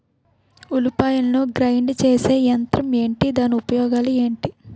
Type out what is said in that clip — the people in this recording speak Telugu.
ఉల్లిపాయలను గ్రేడ్ చేసే యంత్రం ఏంటి? దాని ఉపయోగాలు ఏంటి?